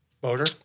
boater